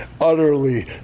utterly